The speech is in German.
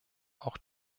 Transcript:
auch